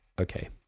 okay